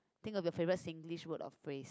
think of your favourite Singlish word or phrase